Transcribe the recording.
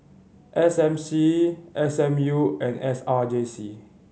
S M C S M U and S R J C